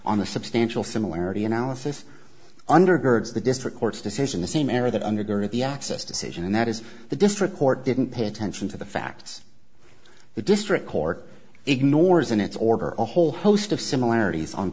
the substantial similarity analysis undergirds the district court's decision the same error that under the access decision and that is the district court didn't pay attention to the facts the district court ignores in its order a whole host of similarities on